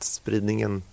spridningen